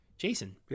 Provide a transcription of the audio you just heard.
Jason